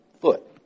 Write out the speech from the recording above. foot